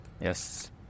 Yes